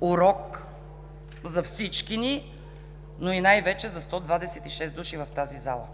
Урок за всички ни, но и най-вече за 126 души в тази зала,